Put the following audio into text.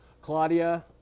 Claudia